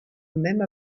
même